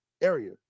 area